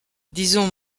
disons